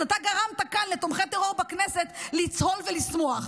אז אתה גרמת כאן לתומכי טרור בכנסת לצהול ולשמוח.